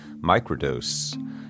microdose